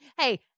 hey